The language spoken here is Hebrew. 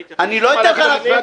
אני לא אתן לך להפריע.